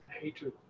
hatred